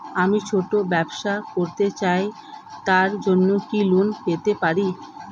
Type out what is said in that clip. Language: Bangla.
আমি ছোট ব্যবসা করতে চাই তার জন্য কি লোন পেতে পারি?